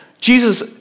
Jesus